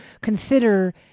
consider